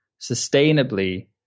sustainably